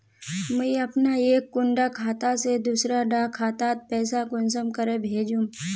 मुई अपना एक कुंडा खाता से दूसरा डा खातात पैसा कुंसम करे भेजुम?